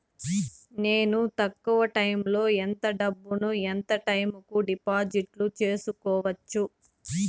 నేను తక్కువ టైములో ఎంత డబ్బును ఎంత టైము కు డిపాజిట్లు సేసుకోవచ్చు?